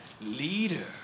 leader